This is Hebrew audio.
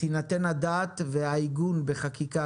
- תינתן הדעת והעיגון בחקיקה,